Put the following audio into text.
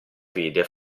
vide